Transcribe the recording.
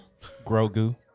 Grogu